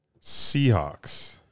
Seahawks